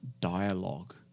dialogue